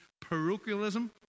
Parochialism